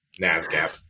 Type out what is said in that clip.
Nasdaq